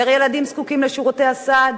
יותר ילדים זקוקים לשירותי הסעד,